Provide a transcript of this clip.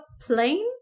plane